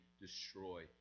destroy